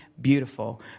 beautiful